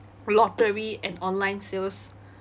lottery and online sales